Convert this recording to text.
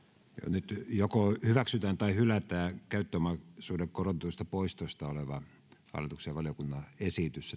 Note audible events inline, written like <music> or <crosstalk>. nyt joko hyväksytään tai hylätään käyttöomaisuuden korotetuista poistoista oleva hallituksen esitys <unintelligible>